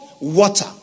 water